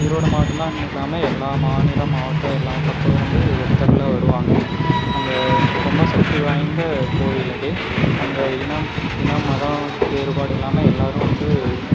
ஈரோடு மாவட்டம் தான்னு இல்லாமல் எல்லா மாநிலம் மாவட்டம் எல்லா பக்கம் இருந்து பக்தர்கள்லாம் வருவாங்கள் அங்கே ரொம்ப சக்தி வாய்ந்த கோவில் அது அங்கே இனம் இனம் மதம் வேறுபாடு இல்லாமல் எல்லாரும் வந்து